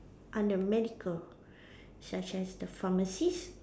under medical such as the pharmacies